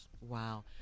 Wow